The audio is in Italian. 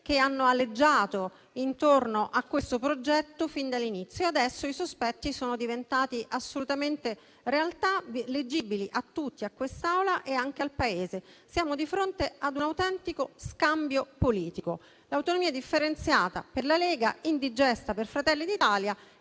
che aleggiavano intorno a questo progetto fin dall'inizio. Adesso i sospetti sono diventati assolutamente realtà e sono leggibili a tutti, all'Assemblea e anche al Paese. Siamo di fronte ad un autentico scambio politico. L'autonomia differenziata per la Lega, indigesta per Fratelli d'Italia,